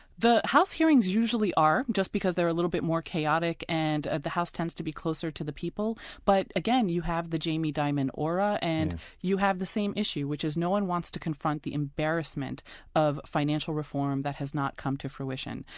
the house hearings usually are, just because they're a little bit more chaotic, and ah the house tends to be closer to the people. but again, you have the jamie dimon aura, and you have the same issue, which is no one wants to confront the embarrassment of financial reform that has not come to fruition.